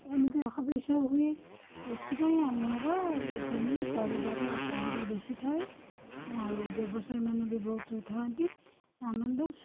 ଏମିତି ହବିଷ ହୁଏ ଏଥିପାଇଁ ଆମର ଏ ଦିନେ ପରିବାର ର ଚାହିଦା ବେଶୀ ଥାଏ ଆଉ ବ୍ୟବସାୟୀମାନେ ବି ବହୁତ ଥାଆନ୍ତି ଆନନ୍ଦ